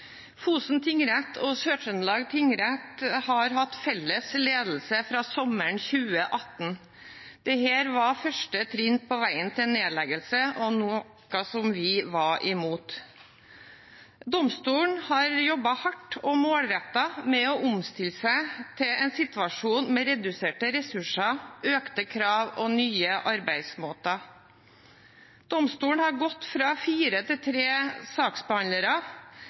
Fosen tingrett og Sør-Trøndelag tingrett har hatt felles ledelse fra sommeren 2018. Dette var første trinn på veien til nedleggelse, noe vi var imot. Domstolen har jobbet hardt og målrettet med å omstille seg til en situasjon med reduserte ressurser, økte krav og nye arbeidsmåter. Domstolen har gått fra fire til tre saksbehandlere,